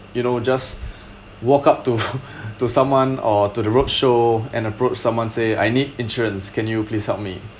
you know just walk up to to someone or to the roadshow and approach someone say I need insurance can you please help me